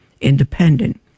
independent